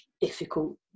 difficult